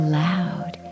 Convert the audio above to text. loud